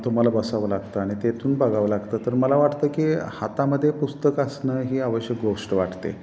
तुम्हाला बसावं लागतं आणि तेथून बघावं लागतं तर मला वाटतं की हातामध्ये पुस्तक असणं ही आवश्यक गोष्ट वाटते